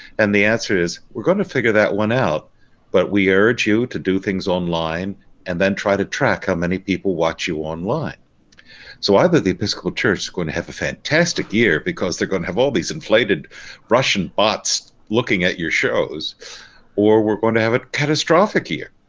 and the answer is we're going to figure that one out but we urge you to do things online and then try to track how many people watch you online so either the episcopal church is going to have a fantastic year because they're going to have all these inflated russian bots looking at your shows or we're going to have a catastrophic year.